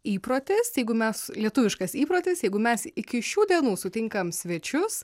įprotis jeigu mes lietuviškas įprotis jeigu mes iki šių dienų sutinkam svečius